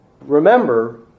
Remember